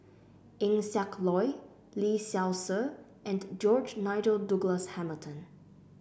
Eng Siak Loy Lee Seow Ser and George Nigel Douglas Hamilton